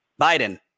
Biden